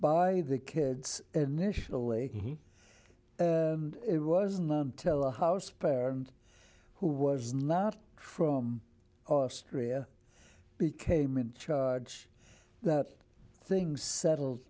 by the kids initially it wasn't until a house parent who was not from austria became in charge that things settled